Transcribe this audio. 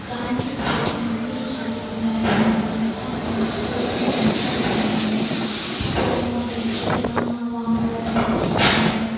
கிராமத்துக்குப் போய் அங்கேயும் ஜாலியாக விளையாடுவோம் நல்லா ஃப்ரெண்ட்ஸ் கூட என்ஜாய் பண்ணுவோம் அப்புறம் அங்கே விக்கிறதெல்லாம் வாங்குவோம் பர்ச்சேஸ் பண்ணுவோம்